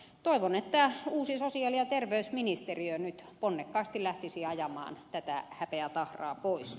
toivon että uusi sosiaali ja terveysministeriö nyt ponnekkaasti lähtisi ajamaan tätä häpeätahraa pois